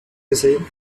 gesehen